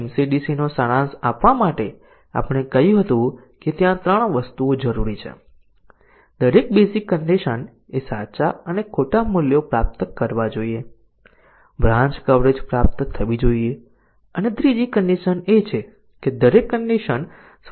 તેથી MC DC કવરેજ પ્રાપ્ત કરવા માટે તેને વધુ નક્કર દ્રષ્ટિએ કહેવા માટે અમને ત્રણની જરૂર છે અમારી પાસે ત્રણ જરૂરિયાતો છે પ્રથમ દરેક બેઝીક કન્ડિશન ને સાચી અને ખોટી બનાવવી જોઈએ આ તે જ કન્ડિશન છે જેમ કે દરેક બેઝીક કન્ડિશન સાચી હોવી જોઈએ